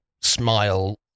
smile